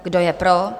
Kdo je pro?